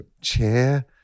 Chair